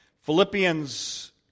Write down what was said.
philippians